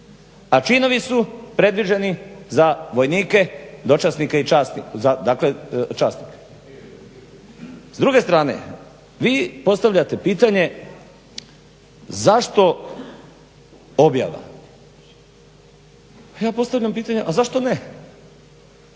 a činovi su predviđeni za vojnike, dočasnike i časnike, dakle časnik. S druge strane vi postavljate pitanje zašto objava, a ja postavljam pitanje a zašto ne?